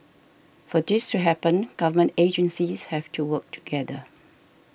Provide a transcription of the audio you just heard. for this to happen government agencies have to work together